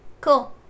Cool